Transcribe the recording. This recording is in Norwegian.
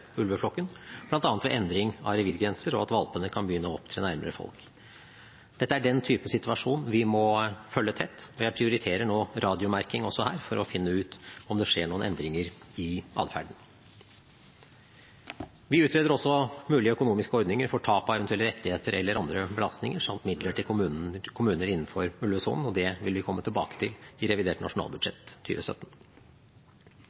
ulveflokken, bl.a. ved endring av revirgrenser og ved at valpene kan begynne å opptre nærmere folk. Dette er den typen situasjon vi må følge tett, og jeg prioriterer nå radiomerking også her for å finne ut om det skjer noen endringer i adferden. Vi utreder også mulige økonomiske ordninger for tap av eventuelle rettigheter eller andre belastninger samt midler til kommuner innenfor ulvesonen. Det vil vi komme tilbake til i revidert